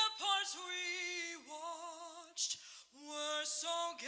ramparts we watched were so